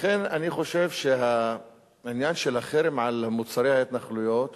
לכן אני חושב שהעניין של החרם על מוצרי ההתנחלויות